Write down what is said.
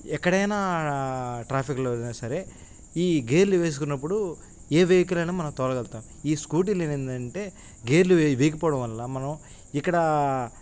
ఎక్కడైనా ట్రాఫిక్లోనా సరే ఈ గేర్లు వేసుకున్నప్పుడు ఏ వెహికల్ అయిన మనం తోలగలుగుతాం ఈ స్కూటీలో ఏంటంటే గేర్లు వేయకపోవడం వల్ల మనం ఇక్కడ